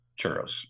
churros